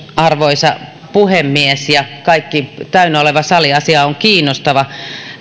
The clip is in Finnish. arvoisa puhemies ja kaikki täynnä oleva sali asia on kiinnostava